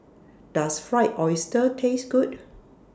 Does Fried Oyster Taste Good